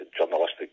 journalistic